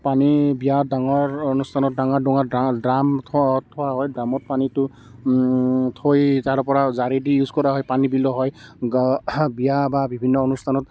পানী বিৰাট ডাঙৰ অনুষ্ঠানত ডাঙৰ ডাঙৰ ড্ৰা ড্ৰাম থো থোৱা হয় ড্ৰামত পানীটো থৈ তাৰে পৰা জাৰে দি ইউজ কৰা হয় পানী বিলোৱা হয় গ বিয়া বা বিভিন্ন অনুষ্ঠানত